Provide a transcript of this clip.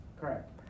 Correct